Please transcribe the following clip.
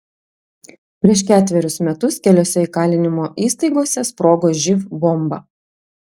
prieš ketverius metus keliose įkalinimo įstaigose sprogo živ bomba